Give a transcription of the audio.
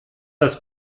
das